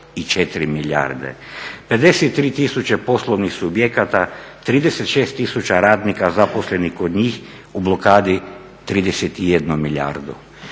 53 tisuće poslovnih subjekata, 36 tisuća radnika zaposlenih kod njih u blokadi 31 milijardu.